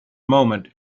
moment